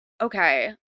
okay